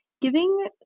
giving